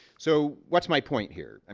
so what's my point here? and